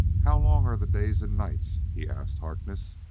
how long are the days and nights? he asked harkness.